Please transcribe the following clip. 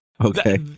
Okay